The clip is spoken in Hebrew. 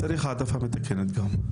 צריך העדפה מתקנת גם.